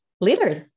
leaders